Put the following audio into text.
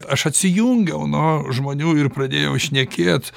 aš atsijungiau nuo žmonių ir pradėjau šnekėt